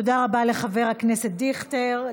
תודה רבה לחבר הכנסת דיכטר.